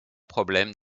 problèmes